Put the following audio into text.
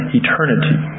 eternity